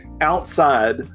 outside